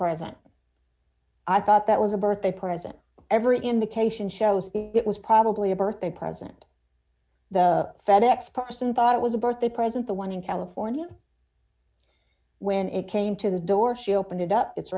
present i thought that was a birthday present every indication shows it was probably a birthday present the fed ex person thought it was a birthday present the one in california when it came to the door she opened it up it's